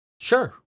Sure